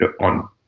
on